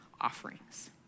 offerings